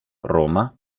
roma